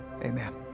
Amen